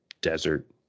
desert